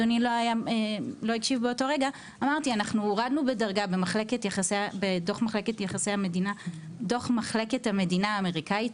אנחנו הורדנו בדרגה בדוח מחלקת המדינה האמריקאית.